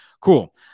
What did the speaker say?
Cool